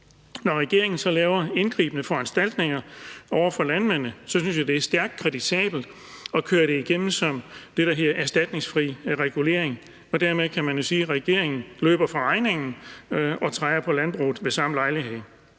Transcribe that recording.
Når regeringen så laver indgribende foranstaltninger over for landmændene, synes jeg, det er stærkt kritisabelt at køre det igennem som det, der hedder erstatningsfri regulering. Og dermed kan man jo sige, at regeringen løber fra regningen og træder på landbruget ved samme lejlighed.